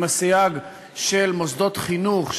עם הסייג של מוסדות חינוך,